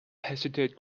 hesitate